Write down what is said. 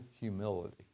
humility